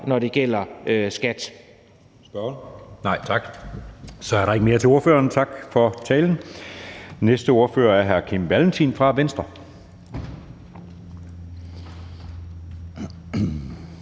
når det gælder skat. Kl. 12:19 Anden næstformand (Jeppe Søe): Så er der ikke mere til ordføreren. Tak for talen. Næste ordfører er hr. Kim Valentin fra Venstre. Kl.